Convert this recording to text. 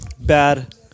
bad